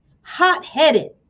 hot-headed